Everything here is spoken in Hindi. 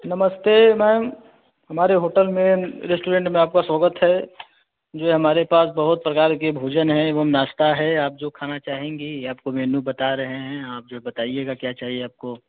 नमस्ते मैम हमारे होटल में रेस्टोरेंट में आपका स्वागत है जी हमारे पास बहुत प्रकार के भोजन हैं एवं नाश्ता है आप जो खाना चाहेंगी आपको मेन्यू बता रहें हैं आप जो बताइएगा क्या चाहिए आपको